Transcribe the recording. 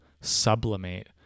sublimate